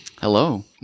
Hello